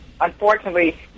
unfortunately